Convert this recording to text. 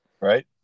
right